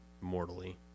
mortally